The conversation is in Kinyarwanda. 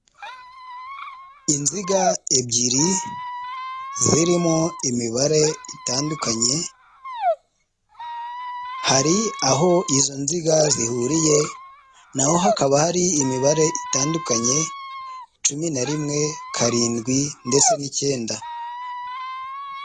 Inziga ebyiri zirimo imibare itandukanye hari aho izo nziga zihuriye naho hakaba hari imibare itandukanye cumi na rimwe karindwi ndetse n'icyenda.